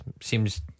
Seems